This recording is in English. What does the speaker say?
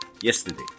yesterday